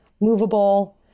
movable